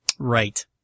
Right